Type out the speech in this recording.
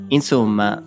Insomma